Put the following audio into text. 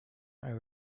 are